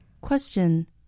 Question